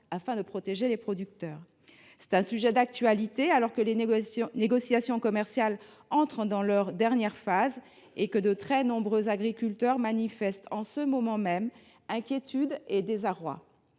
afin de protéger les producteurs. C’est un sujet d’actualité, alors que les négociations commerciales entrent dans leur dernière phase et que de très nombreux agriculteurs manifestent, en ce moment même, inquiétude et désarroi.